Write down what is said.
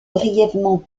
brièvement